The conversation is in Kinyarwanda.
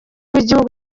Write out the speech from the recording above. w’igihugu